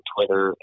Twitter